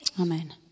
Amen